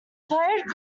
played